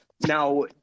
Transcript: now